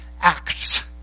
ACTS